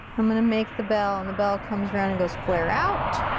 i'm gonna make the bell, and the bell comes around and goes flare out.